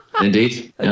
Indeed